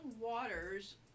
waters